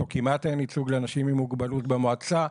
או כמעט אין ייצוג לאנשים עם מוגבלות במועצה,